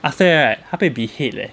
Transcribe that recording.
after that right 他被 behead leh